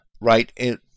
right